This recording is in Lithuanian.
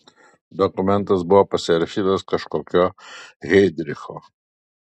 dokumentas buvo pasirašytas kažkokio heidricho